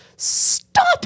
stop